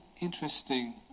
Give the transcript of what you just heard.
interesting